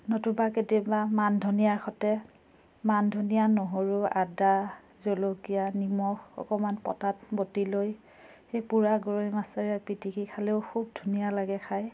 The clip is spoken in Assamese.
নতুবা কেতিয়াবা মান ধনিয়াৰ সৈতে মান ধনিয়া নহৰু আদা জলকীয়া নিমখ অকমান পটাত বটি লৈ সেই পোৰা গৰৈ মাছেৰে পিটিকি খালেও খুব ধুনীয়া লাগে খায়